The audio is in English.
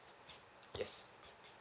yes